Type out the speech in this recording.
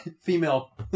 female